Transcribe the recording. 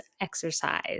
exercise